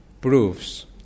proves